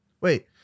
Wait